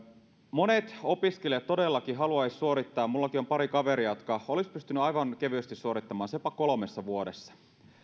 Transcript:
monet opiskelijat todellakin haluaisivat suorittaa nopeammin minullakin on pari kaveria jotka olisivat pystyneet aivan kevyesti suorittamaan sen jopa kolmessa vuodessa